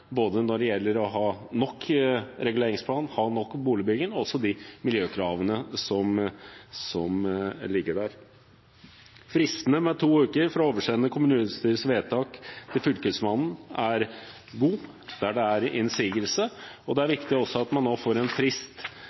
både når det gjelder det å ha nok reguleringsplaner og nok boligbygging – og også for miljøkravene. Fristen på to uker for å oversende kommunestyrets vedtak til Fylkesmannen der det er innsigelse, er god, og det er viktig at man nå også får en frist